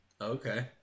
Okay